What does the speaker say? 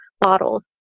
bottles